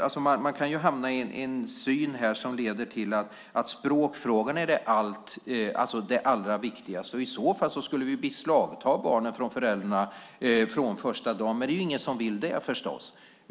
Man kan ju hamna i en syn här som leder till att språkfrågan är det allra viktigaste. I så fall skulle vi beslagta barnen från föräldrarna från första dagen, men det är ingen som vill det, förstås.